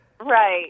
Right